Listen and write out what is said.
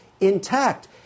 Intact